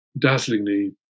dazzlingly